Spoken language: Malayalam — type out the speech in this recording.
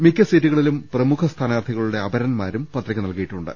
മിക്ക സീറ്റുകളിലും പ്രമുഖ സ്ഥാനാർത്ഥികളുടെ അപരൻമാരും പത്രിക നൽകിയിട്ടുണ്ട്